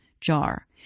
jar